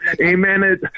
Amen